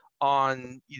on